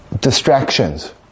distractions